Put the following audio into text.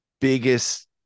Biggest